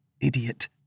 Idiot